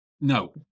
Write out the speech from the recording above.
No